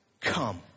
come